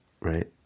right